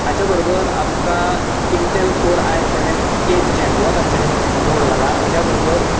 हाच्या बरोबर आमकां Intel core i seven eighth gen हो तांच्यानी मोड घाला हाज्या बरोबर